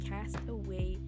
Castaway